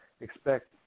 expect